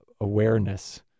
awareness